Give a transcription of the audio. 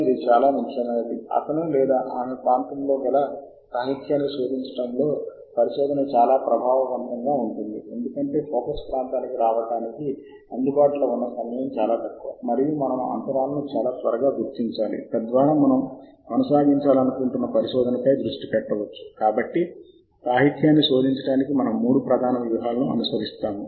ఇది ప్రాథమికంగా ఈ తనిఖీ చేసిన వస్తువులన్నింటినీ బుట్ట లో వేస్తుంది మరియు ఆ అంశాలు అన్నీ ఇందులో కనిపిస్తాయి గుర్తించబడిన జాబితా క్రింద మూలలో ఎక్కువ పనితీరు కనబరుస్తున్నప్పుడు సంఖ్య పెరుగుతూనే ఉంటుంది మరియు మరింత వర్గీకరణ మరియు ఎంపిక మరియు కొన్ని సమయాల్లో మీకు తగినంత ఉపయోగకరమైన ప్రచురణలు ఉన్నాయని మీరు చెప్పవచ్చు తద్వారా వాటిని మీరు మీ డెస్క్టాప్లో సేకరించవచ్చు